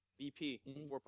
BP